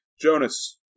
Jonas